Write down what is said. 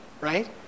right